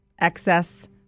excess